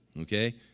okay